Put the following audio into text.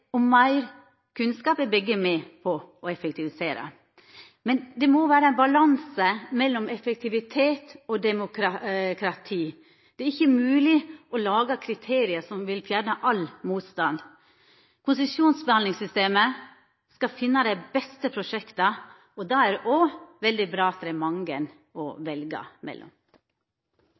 og meir kunnskap er begge delar med på å effektivisera. Men det må vera ein balanse mellom effektivitet og demokrati. Det er ikkje mogleg å laga kriterier som vil fjerna all motstand. Konsesjonsbehandlingssystemet skal finna dei beste prosjekta, og da er det òg veldig bra at det er mange å velja mellom.